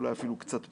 אולי אפילו קצת פחות,